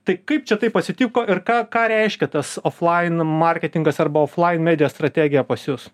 tai kaip čia taip atsitiko ir ką ką reiškia tas oflain marketingas arba oflain medijos strategija pas jus